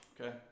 Okay